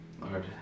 Lord